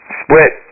split